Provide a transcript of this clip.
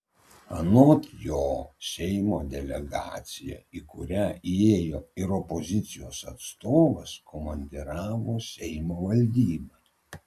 anot jo seimo delegaciją į kurią įėjo ir opozicijos atstovas komandiravo seimo valdyba